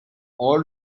all